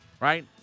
Right